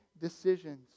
decisions